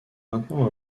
maintenant